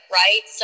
right